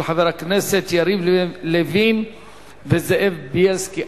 של חברי הכנסת יריב לוין וזאב בילסקי,